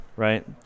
Right